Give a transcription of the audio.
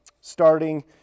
starting